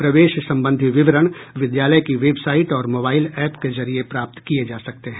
प्रवेश संबंधी विवरण विद्यालय की वेबसाइट और मोबाइल ऐप के जरिए प्राप्त किये जा सकते हैं